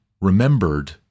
remembered